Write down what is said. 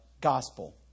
gospel